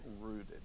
rooted